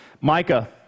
Micah